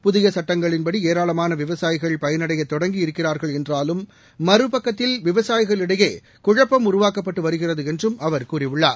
புதிய சுட்டங்களின்படி ஏராளமான விவசாயிகள் பயனடைய தொடங்கி இருக்கிறார்கள் என்றாலும் மறுபக்கத்தில் விவசாயிகளிடையே குழப்பம் உருவாக்கப்பட்டு வருகிறது என்று அவர் கூறியுள்ளார்